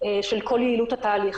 של כל יעילות התהליך.